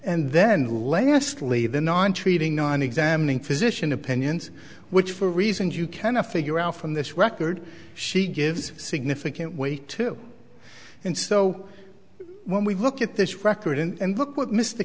and then lastly the non treating non examining physician opinions which for reasons you can a figure out from this record she gives significant weight to and so when we look at this record and look what mr